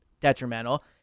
detrimental